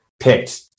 picked